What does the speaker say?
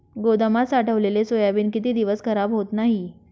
गोदामात साठवलेले सोयाबीन किती दिवस खराब होत नाही?